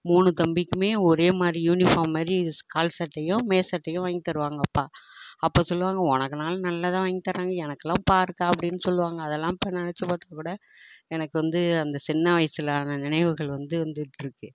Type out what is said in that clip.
மூணு தம்பிக்குமே ஒரேமாதிரி யூனிஃபார்ம் மாதிரி கால் சட்டையும் மேல்சட்டையும் வாங்கித் தருவாங்க அப்பா அப்போ சொல்வாங்க உனக்குனாலும் நல்லதாக வாங்கித்தராங்க எனக்கெல்லாம் பாருக்கா அப்படினு சொல்வாங்க அதெல்லாம் இப்போ நினைச்சு பார்த்தாக்கூட எனக்கு வந்து அந்த சின்ன வயசில் ஆன நினைவுகள் வந்து வந்துகிட்ருக்கு